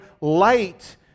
light